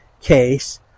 case